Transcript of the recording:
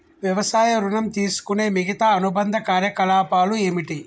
వ్యవసాయ ఋణం తీసుకునే మిగితా అనుబంధ కార్యకలాపాలు ఏమిటి?